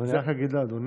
אבל אני חייב להגיד לאדוני: